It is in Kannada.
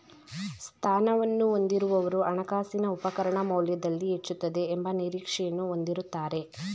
ಸ್ಥಾನವನ್ನು ಹೊಂದಿರುವವರು ಹಣಕಾಸಿನ ಉಪಕರಣ ಮೌಲ್ಯದಲ್ಲಿ ಹೆಚ್ಚುತ್ತದೆ ಎಂಬ ನಿರೀಕ್ಷೆಯನ್ನು ಹೊಂದಿರುತ್ತಾರೆ